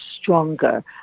stronger